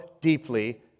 deeply